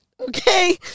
okay